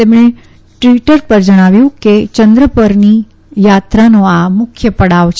તેણે ટ્વીટર પર જણાવ્યું કે ચંદ્ર પરની યાત્રાનો આ મુખ્ય પડાવ છે